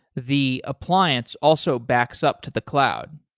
the appliance also backs up to the cloud.